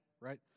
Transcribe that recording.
Right